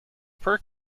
per